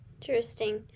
Interesting